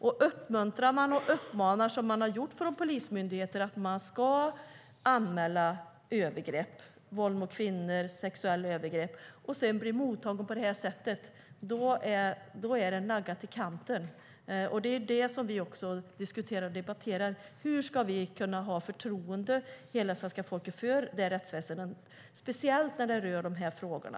Om polisen, som de har gjort, uppmuntrar och uppmanar att anmäla övergrepp, våld mot kvinnor och sexuella övergrepp, och man sedan blir mottagen på det här sättet, då blir förtroendet naggat i kanten, och det är de vi diskuterar och debatterar. Hur ska hela svenska folket kunna ha förtroende för rättsväsendet, speciellt när det rör de här frågorna?